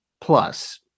plus